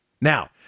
now